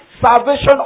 salvation